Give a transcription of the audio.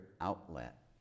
outlet